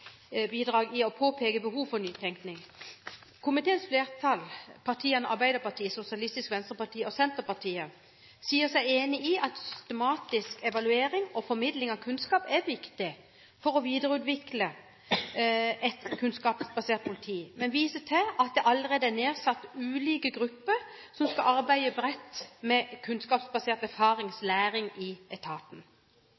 i å påpeke behovet for nytenkning. Komiteens flertall, partiene Arbeiderpartiet, Sosialistisk Venstreparti og Senterpartiet, sier seg enige i at systematisk evaluering og formidling av kunnskap er viktig for å videreutvikle et kunnskapsbasert politi, men viser til at det allerede er nedsatt ulike grupper som skal arbeide bredt med kunnskapsbasert